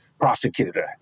prosecutor